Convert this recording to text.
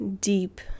deep